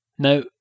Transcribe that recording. Now